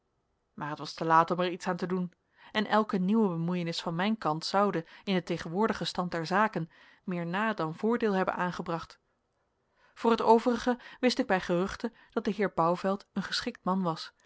maar het was te laat om er iets aan te doen en elke nieuwe bemoeienis van mijn kant zoude in den tegenwoordigen stand der zaken meer na dan voordeel hebben aangebracht voor t overige wist ik bij geruchte dat de heer bouvelt een geschikt man was